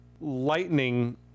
lightning